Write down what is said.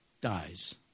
dies